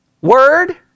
word